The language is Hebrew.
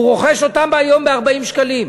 היום הוא רוכש אותם ב-40 שקלים,